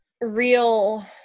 real